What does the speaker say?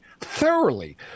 thoroughly